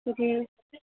जी